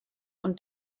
und